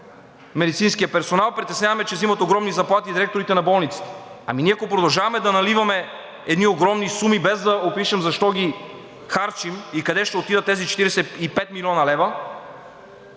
медицинският персонал, притеснява ме, че взимат огромни заплати директорите на болниците.“ Ние, ако продължаваме да наливаме едни огромни суми, без да опишем защо ги харчим и къде ще отидат тези 45 млн. лв.,